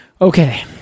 Okay